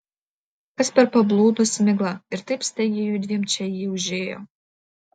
kas per pablūdusi migla ir taip staigiai judviem čia ji užėjo